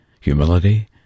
humility